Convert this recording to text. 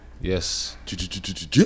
Yes